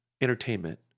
entertainment